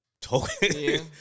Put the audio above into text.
token